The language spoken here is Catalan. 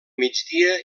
migdia